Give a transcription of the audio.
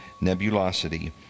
nebulosity